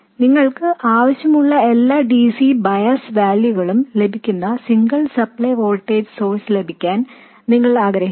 നിങ്ങൾക്ക് ആവശ്യമുള്ള എല്ലാ dc ബയാസ് വാല്യൂകളും ലഭിക്കുന്ന സിംഗിൾ സപ്ലെ വോൾട്ടേജ് സോഴ്സ് ലഭിക്കാൻ നമ്മൾ ആഗ്രഹിക്കുന്നു